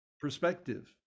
perspective